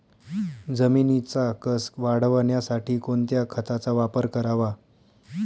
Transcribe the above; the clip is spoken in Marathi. जमिनीचा कसं वाढवण्यासाठी कोणत्या खताचा वापर करावा?